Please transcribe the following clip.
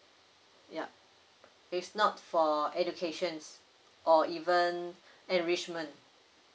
yup it's not for education or even enrichment